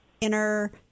inner